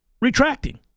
retracting